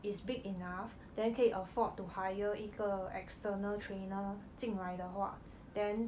is big enough then 可以 afford to hire 一个 external trainer 进来的话 then